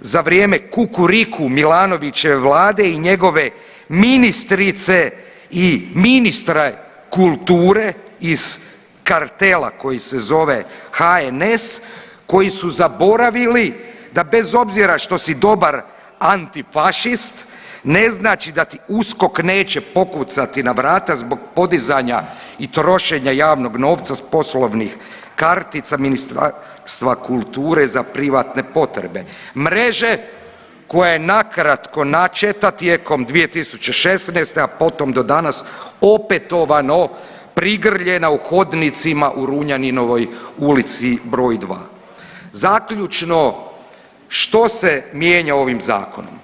za vrijeme Kukuriku Milanovićeve vlade i njegove ministrice i ministra kulture iz kartela koji se zove HNS koji su zaboravili da bez obzira što si dobar antifašist ne znači da ti USKOK neće pokucati na vrata zbog podizanja i trošenja javnog novca s poslovnih kartica Ministarstva kulture za privatne potrebe, mreže koja je nakratko načeta tijekom 2016., a potom do danas opetovano prigrljena u hodnicima u Runjaninovoj ulici br. 2. Zaključno, što se mijenja ovim zakonom?